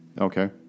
Okay